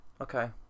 Okay